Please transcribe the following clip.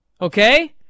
okay